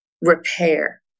repair